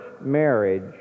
marriage